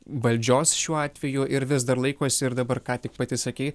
valdžios šiuo atveju ir vis dar laikosi ir dabar ką tik pati sakei